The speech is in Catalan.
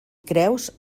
creus